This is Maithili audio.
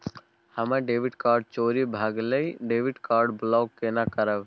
हमर डेबिट कार्ड चोरी भगेलै डेबिट कार्ड ब्लॉक केना करब?